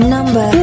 Number